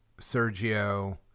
Sergio